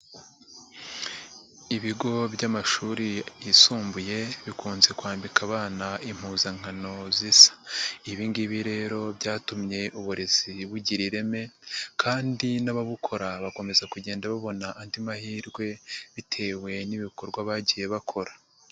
lbigo by'amashuri yisumbuye bikunze kwambika abana impuzankano zisa ,ibi ngibi rero byatumye uburezi bugira ireme ,kandi n'ababukora bakomeza kugenda babona andi mahirwe, bitewe n'ibikorwa bagiye bakora.